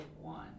one